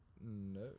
No